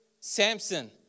Samson